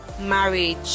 marriage